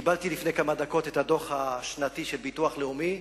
קיבלתי לפני כמה דקות את הדוח השנתי של המוסד לביטוח לאומי,